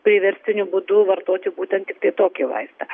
priverstiniu būdu vartoti būtent tiktai tokį vaistą